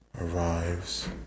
arrives